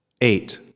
Eight